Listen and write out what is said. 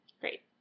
Great